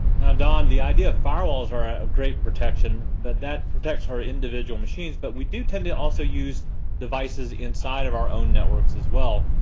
now, don, the idea of firewalls are a great protection but that protects our individual machines, but we do tend to also use devices inside of our own networks as well.